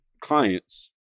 clients